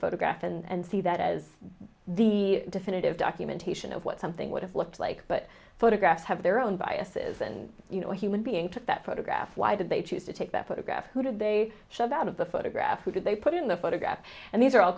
photograph and see that as the definitive documentation of what something would have looked like but photographs have their own biases and you know a human being took that photograph why did they choose to take that photograph who did they shut out of the photograph who did they put in the photograph and these are all